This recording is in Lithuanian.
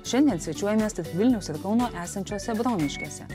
šiandien svečiuojamės tarp vilniaus ir kauno esančiose bromiškėse